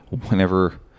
whenever